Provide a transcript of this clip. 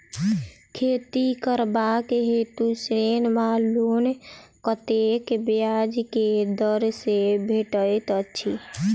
खेती करबाक हेतु ऋण वा लोन कतेक ब्याज केँ दर सँ भेटैत अछि?